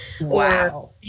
Wow